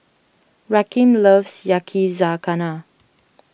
Rakeem loves Yakizakana